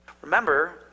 Remember